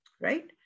right